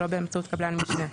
ולא באמצעות קבלן משנה,